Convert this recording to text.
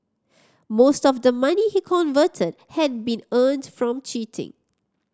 most of the money he converted had been earned from cheating